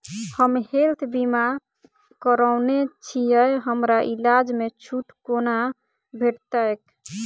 हम हेल्थ बीमा करौने छीयै हमरा इलाज मे छुट कोना भेटतैक?